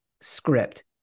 script